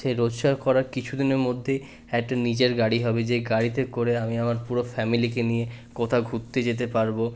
সেই রোজগার করার কিছুদিনের মধ্যেই একটা নিজের গাড়ি হবে যেই গাড়িতে করে আমি আমার পুরো ফ্যামিলিকে নিয়ে কোথাও ঘুরতে যেতে পারবো